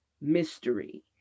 mystery